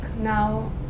now